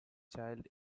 child